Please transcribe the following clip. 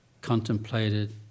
contemplated